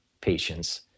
patients